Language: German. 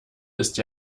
ist